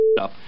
up